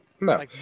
No